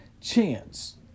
chance